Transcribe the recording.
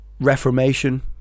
reformation